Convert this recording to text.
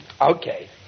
Okay